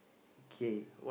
okay